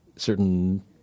certain